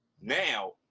Now